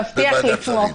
תבטיח לתמוך.